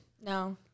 No